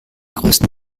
größten